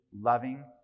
loving